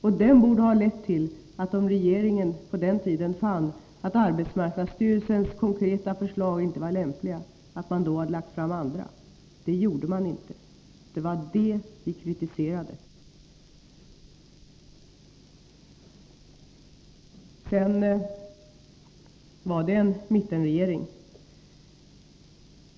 Och den borde ha lett till att regeringen på den tiden — om den fann att arbetsmarknadsstyrelsens konkreta förslag inte var lämpliga — hade lagt fram andra förslag. Men det gjorde den inte, och det var det vi kritiserade. Vidare: Det var en mittenregering.